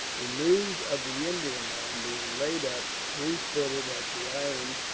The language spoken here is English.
the news of the indiaman being laid up, refitting at the island,